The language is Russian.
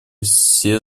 все